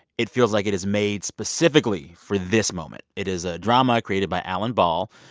it feels like it is made specifically for this moment. it is a drama created by alan ball.